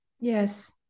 Yes